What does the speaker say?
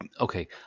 okay